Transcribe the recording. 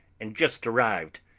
and just arrived.